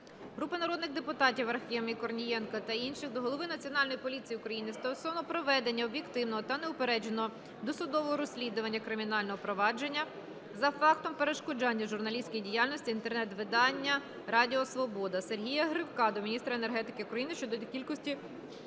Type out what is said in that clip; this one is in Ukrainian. Групи народних депутатів (Арахамії, Корнієнка та інших) до голови Національної поліції України стосовно проведення об'єктивного та неупередженого досудового розслідування кримінального провадження за фактом перешкоджання журналістській діяльності інтернет-видання "Радіо Свобода". Сергія Гривка до міністра енергетики України щодо кількості добування